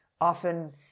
often